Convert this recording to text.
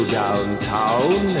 downtown